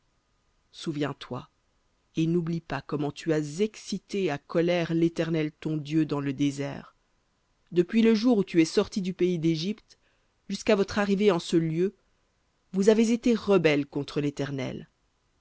souviens-toi n'oublie pas comment tu as excité à colère l'éternel ton dieu dans le désert depuis le jour où tu es sorti du pays d'égypte jusqu'à votre arrivée en ce lieu vous avez été rebelles contre l'éternel